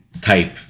type